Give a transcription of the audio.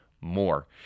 more